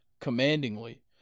commandingly